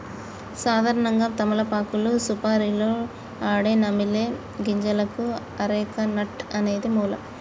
సాధారణంగా తమలపాకు సుపారీలో ఆడే నమిలే గింజలకు అరెక నట్ అనేది మూలం